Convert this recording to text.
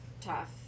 tough